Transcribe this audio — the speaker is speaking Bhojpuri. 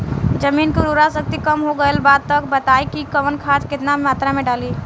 जमीन के उर्वारा शक्ति कम हो गेल बा तऽ बताईं कि कवन खाद केतना मत्रा में डालि?